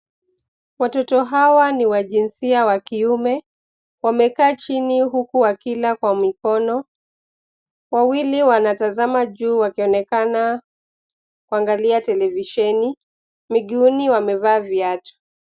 Watoto hawa ni wa jinsia wa kiume, wamekaa chini huku wakila kwa mikono. Wawili wanatazama juu wakionekana kuangalia televisheni, miguuni wamevaa viatu.